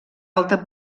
alta